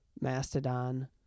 Mastodon